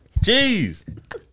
Jeez